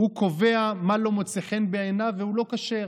הוא קובע מה לא מוצא חן בעיניו והוא לא כשר.